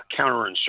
counterinsurgency